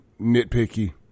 nitpicky